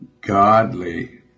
godly